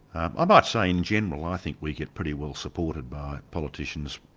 um i might say in general, i think we get pretty well supported by politicians,